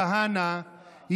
יחד עם השר כהנא,